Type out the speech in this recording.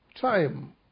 time